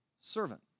servant